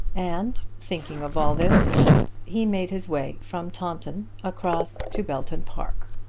and thinking of all this he made his way from taunton across to belton park.